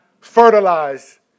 fertilize